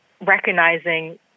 recognizing